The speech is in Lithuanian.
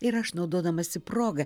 ir aš naudodamasi proga